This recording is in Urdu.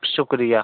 شکریہ